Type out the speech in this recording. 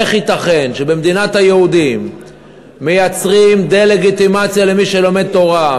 איך ייתכן שבמדינת היהודים מייצרים דה-לגיטימציה למי שלומד תורה,